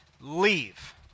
Leave